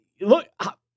look